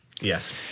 Yes